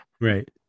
Right